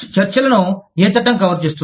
చర్చలను ఏ చట్టం కవర్ చేస్తుంది